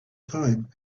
time